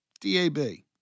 D-A-B